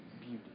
beauty